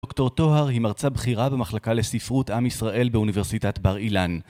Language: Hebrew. דוקטור טוהר היא מרצה בכירה במחלקה לספרות עם ישראל באוניברסיטת בר אילן.